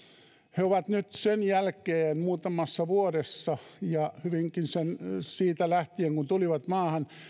he ovat nyt sen jälkeen muutamassa vuodessa hyvinkin siitä lähtien kun tulivat maahan